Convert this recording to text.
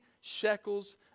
shekels